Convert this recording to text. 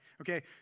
okay